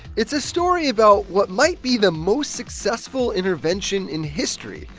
it's a story about what might be the most successful intervention in history,